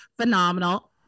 phenomenal